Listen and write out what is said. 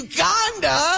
Uganda